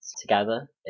together